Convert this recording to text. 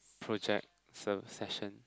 project ser~ session